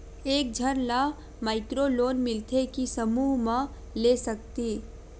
एक झन ला माइक्रो लोन मिलथे कि समूह मा ले सकती?